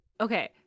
Okay